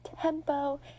tempo